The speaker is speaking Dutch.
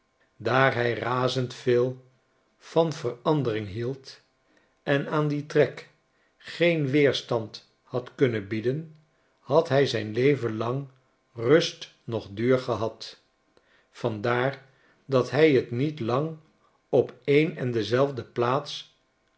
daar hij razend veel van verandering hield en aan dien trek geen weerstand had kunnen bieden had hij zijn leven lang rust noch duur gehad vandaar dat hij t niet lang op een en dezelfde plaats